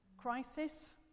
crisis